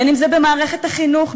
אם במערכת החינוך,